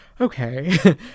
okay